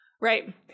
Right